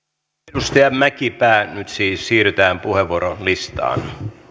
edustaja mäkipää nyt siis siirrytään puheenvuorolistaan